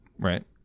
Right